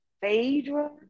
Phaedra